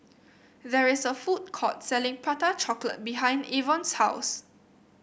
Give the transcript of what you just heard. there is a food court selling Prata Chocolate behind Avon's house